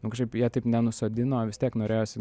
nu kažkaip jie taip nenusodino vis tiek norėjosi